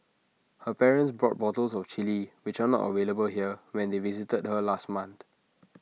her parents brought bottles of Chilli which are not available here when they visited her last month